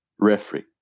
referee